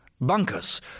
Bunkers